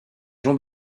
jean